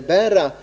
deras arbete.